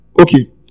Okay